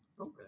Okay